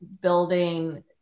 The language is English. building